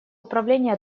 управления